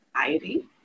anxiety